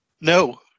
No